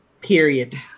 Period